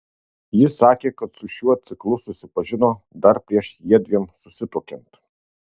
jis sakė kad su šiuo ciklu susipažino dar prieš jiedviem susituokiant